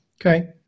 Okay